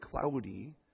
cloudy